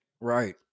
Right